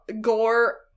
gore